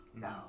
No